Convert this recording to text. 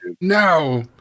No